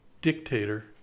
dictator